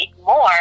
more